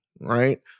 right